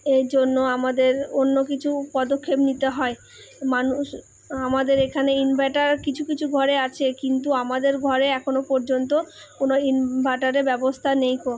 এর জন্য আমাদের অন্য কিছু পদক্ষেপ নিতে হয় মানুষ আমাদের এখানে ইনভার্টার কিছু কিছু ঘরে আছে কিন্তু আমাদের ঘরে এখনো পর্যন্ত কোনো ইনভার্টারের ব্যবস্থা নেই